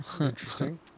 Interesting